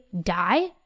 die